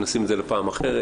נשים את זה לפעם אחרת,